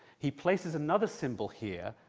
he places another symbol here,